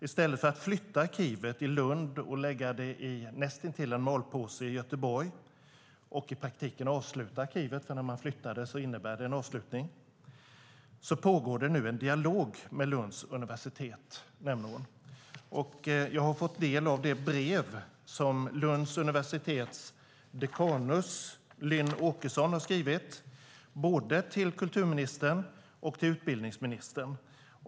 I stället för att flytta arkivet från Lund och näst intill lägga det i en malpåse i Göteborg och i praktiken avsluta arkivet - när man flyttar det innebär det en avslutning - pågår det nu en dialog med Lunds universitet, nämner kulturministern. Jag har fått ta del av det brev som Lunds universitets dekanus, Lynn Åkesson, har skrivit både till kulturministern och till utbildningsministern.